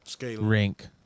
rink